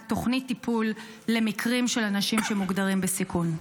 תוכנית טיפול למקרים של אנשים שמוגדרים בסיכון?